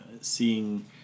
seeing